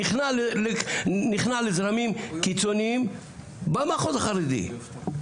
נכנע לזרמים קיצוניים במחוז החרדי.